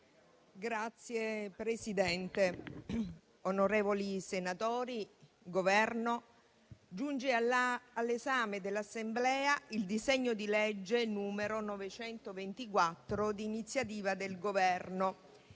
Grazie, Presidente. Onorevoli senatori, Governo, giunge all'esame dell'Assemblea il disegno di legge n. 924, di iniziativa del Governo